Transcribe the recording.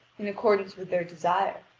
in accordance with their desire,